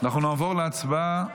אנחנו נעבור להצבעה.